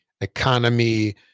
economy